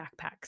backpacks